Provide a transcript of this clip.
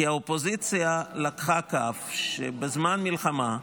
כי האופוזיציה לקחה קו, שבזמן מלחמה,